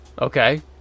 Okay